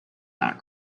not